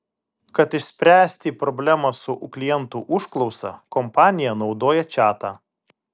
kad išspręsti problemą su klientų užklausa kompanija naudoja čatą